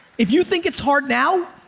if you think it's hard now,